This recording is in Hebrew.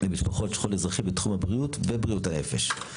למשפחות שכול האזרחי בתחום הבריאות ובריאות הנפש.